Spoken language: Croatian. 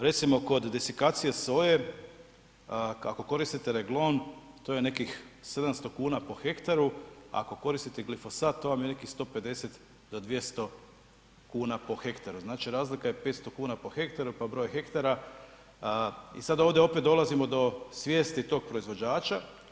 Recimo, kod desikacije soje, ako koristite Reglone, to je nekih 700 kn po hektaru, ako koristite glifosat, to vam je nekih 150 do 200 kn po hektaru, znači razlika je 500 kn po hektaru, pa broj hektara i sad ovdje opet dolazimo do svijesti tog proizvođača.